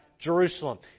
Jerusalem